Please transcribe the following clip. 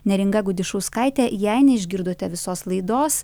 neringa gudišauskaitė jei neišgirdote visos laidos